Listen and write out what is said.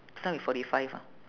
just now we forty five ah